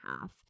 half